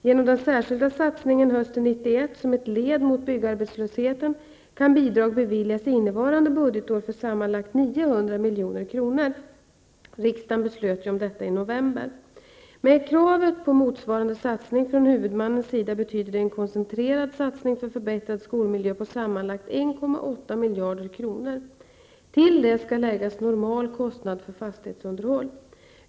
Genom den särskilda satsningen hösten 1991 som ett led mot byggarbetslösheten kan bidrag beviljas innevarande budgetår för sammanlagt 900 milj.kr. Riksdagen beslöt ju om detta i november. Med kravet på motsvarande satsning från huvudmannens sida betyder det en koncentrerad satsning för förbättrad skolmiljö på sammanlagt 1,8 miljarder kronor. Till detta skall läggas normal kostnad för fastighetsunderhåll.